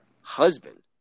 husband